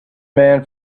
man